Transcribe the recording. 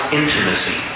intimacy